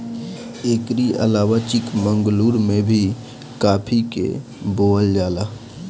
एकरी अलावा चिकमंगलूर में भी काफी के बोअल जाला